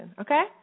Okay